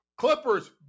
Clippers